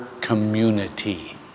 community